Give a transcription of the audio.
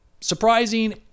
surprising